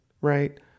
right